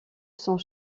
sans